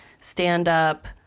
stand-up